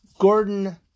Gordon